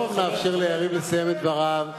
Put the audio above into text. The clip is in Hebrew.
בואו נאפשר ליריב לסיים את דבריו.